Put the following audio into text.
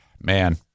man